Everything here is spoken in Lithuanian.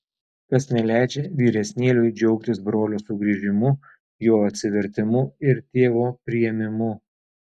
kas neleidžia vyresnėliui džiaugtis brolio sugrįžimu jo atsivertimu ir tėvo priėmimu